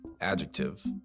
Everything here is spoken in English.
Adjective